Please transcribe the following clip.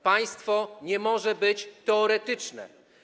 Państwo nie może być teoretyczne.